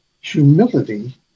Humility